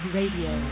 Radio